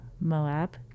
Moab